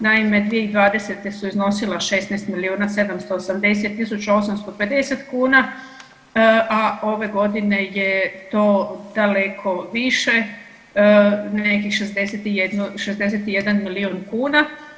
Naime, 2020. su iznosila 16 milijuna 780 850 kuna, a ove godine je to daleko više, nekih 61 milijun kuna.